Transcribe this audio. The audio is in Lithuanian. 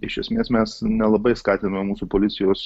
iš esmės mes nelabai skatinam mūsų policijos